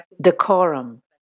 Decorum